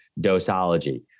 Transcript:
Dosology